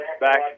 back